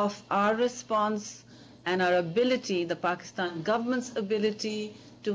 of our response and our ability the pakistani government's ability to